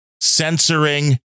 censoring